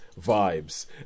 vibes